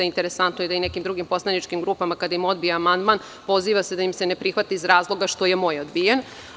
Interesantno je da se i nekim drugim poslaničkim grupama kada im odbija amandman poziva da im se ne prihvata iz razloga što je moj odbijen.